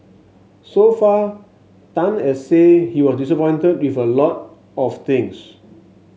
so far Tan has said he was disappointed with a lot of things